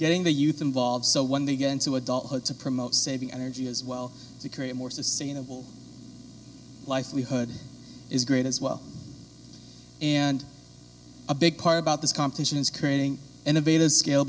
getting the youth involved so when they get into adulthood to promote saving energy as well to create more sustainable likelihood is great as well and a big part about this competition is creating innovative scal